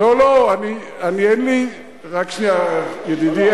לא, רק שנייה, ידידי.